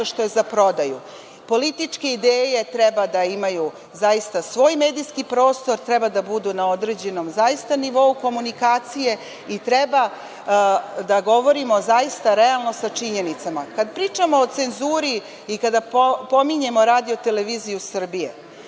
što je za prodaju. Političke ideje treba da imaju zaista svoj medijski prostor, treba da budu na određenom nivuo komunikacije i treba da govorimo zaista realno sa činjenicama. Kada pričamo o cenzuri i kada pominjemo RTS treba reći